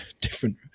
different